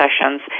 sessions